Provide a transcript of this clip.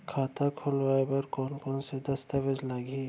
खाता खोलवाय बर कोन कोन से दस्तावेज लागही?